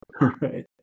right